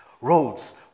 roads